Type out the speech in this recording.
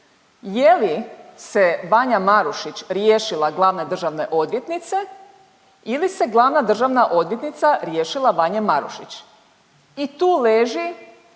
Je li se Vanja Marušić riješila Glavne državne odvjetnice ili se Glavna državna odvjetnica riješila Vanje Marušić? I tu leži